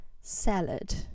Salad